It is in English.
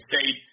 State